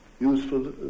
useful